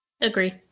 Agree